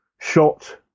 Shot